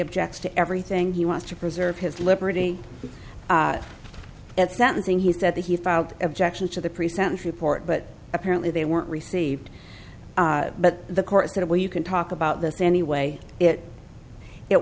objects to everything he wants to preserve his liberty at sentencing he said that he filed objections to the pre sentence report but apparently they weren't received but the court said well you can talk about this anyway it it